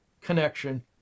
connection